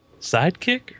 Sidekick